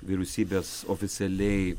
vyriausybės oficialiai